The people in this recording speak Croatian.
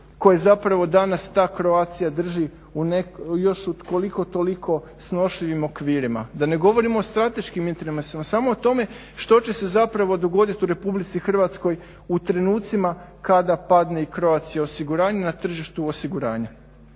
koje zapravo ta Croatia drži u još koliko toliko snošljivim okvirima, da ne govorim o strateškim interesima, samo o tome što će se zapravo dogoditi u Republici Hrvatskoj u trenucima kada padne i Croatia osiguranje na tržištu osiguranja.